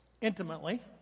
intimately